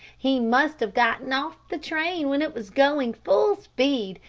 he must have gotten off the train when it was going full speed,